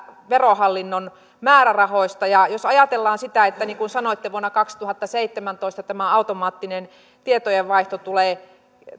verohallinnon määrärahoista jos ajatellaan sitä niin kuin sanoitte että vuonna kaksituhattaseitsemäntoista tämä automaattinen tietojenvaihto tulee